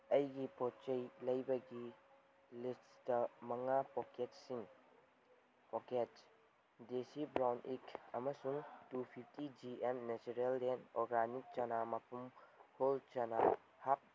ꯑꯩꯒꯤ ꯄꯣꯠ ꯆꯩ ꯂꯩꯕꯒꯤ ꯂꯤꯁꯇ ꯃꯪꯉꯥ ꯄꯣꯛꯀꯦꯠꯁꯤꯡ ꯄꯣꯛꯀꯦꯠ ꯗꯦꯁꯤ ꯕ꯭ꯔꯥꯎꯟ ꯑꯦꯛ ꯑꯃꯁꯨꯡ ꯇꯨ ꯐꯤꯐꯇꯤ ꯖꯤ ꯑꯦꯝ ꯅꯦꯆꯔꯦꯜꯂꯦꯟ ꯑꯣꯔꯒꯥꯅꯤꯛ ꯆꯅꯥ ꯃꯄꯨꯡ ꯍꯣꯜ ꯆꯅꯥ